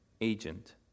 agent